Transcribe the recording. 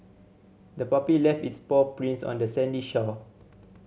the puppy left its paw prints on the sandy shore